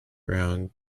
round